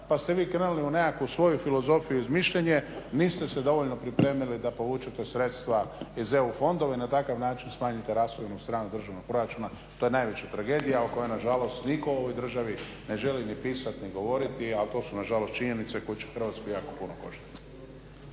pa ste vi krenuli u nekakvu svoju filozofiju izmišljenje, niste se dovoljno pripremili da povučete sredstva iz EU fondova i na takav način smanjite rashodovnu stranu državnog proračuna. To je najveća tragedija o kojoj nažalost nitko u ovoj državi ne želi ni pisati ni govoriti a to su nažalost činjenice koje će Hrvatsku jako puno koštati.